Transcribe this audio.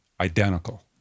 identical